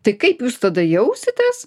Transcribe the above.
tai kaip jūs tada jausitės